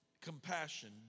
compassion